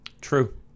True